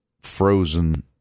frozen